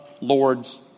Lord's